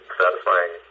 satisfying